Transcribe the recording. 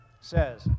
says